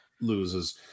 loses